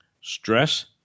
Stress